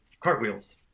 cartwheels